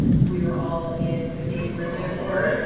we were all in the game room at work.